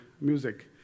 music